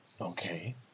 okay